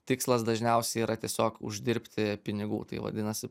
tikslas dažniausiai yra tiesiog uždirbti pinigų tai vadinasi